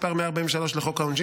חבריי חברי הכנסת,